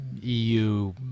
EU